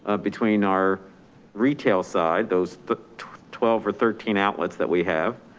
ah between our retail side, those the twelve or thirteen outlets that we have.